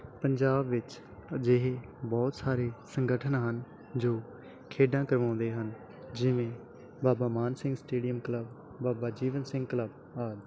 ਪੰਜਾਬ ਵਿੱਚ ਅਜਿਹੇ ਬਹੁਤ ਸਾਰੇ ਸੰਗਠਨ ਹਨ ਜੋ ਖੇਡਾਂ ਕਰਵਾਉਂਦੇ ਹਨ ਜਿਵੇਂ Baba Man Singh stadium club Baba Jeevan Singh club ਆਦਿ